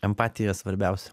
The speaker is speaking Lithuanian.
empatija svarbiausia